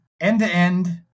end-to-end